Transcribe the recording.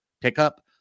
pickup